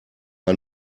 ein